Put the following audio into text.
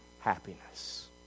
happiness